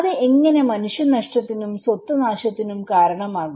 അത് എങ്ങനെ മനുഷ്യനഷ്ടത്തിനും സ്വത്ത് നാശത്തിനും കാരണമാകും